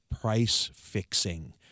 price-fixing